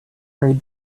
her